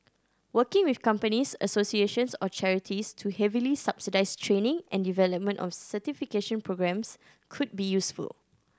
working with companies associations or charities to heavily subsidise training and development of certification programmes could be useful